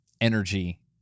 energy